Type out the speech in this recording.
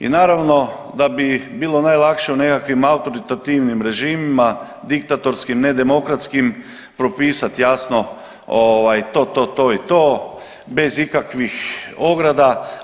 I naravno da bi bilo najlakše u nekakvim autoritativnim režimima, diktatorskim, nedemokratskim propisati jasno to, to, to i to bez ikakvih ograda.